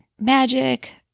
magic